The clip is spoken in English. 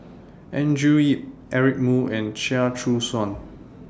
Andrew Yip Eric Moo and Chia Choo Suan